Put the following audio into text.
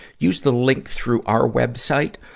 use the link through our web site,